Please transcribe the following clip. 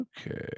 Okay